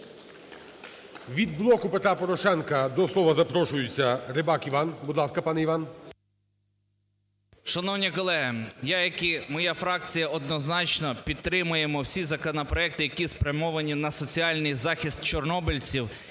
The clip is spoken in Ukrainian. Від "Блоку Петра Порошенка" до слова запрошується Рибак Іван. Будь ласка, пане Іване. 16:24:21 РИБАК І.П. Шановні колеги, я, як і моя фракція, однозначно підтримаємо всі законопроекти, які спрямовані на соціальний захист чорнобильців